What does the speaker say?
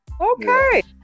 Okay